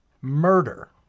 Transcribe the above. murder